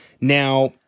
Now